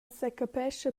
secapescha